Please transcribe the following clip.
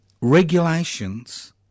regulations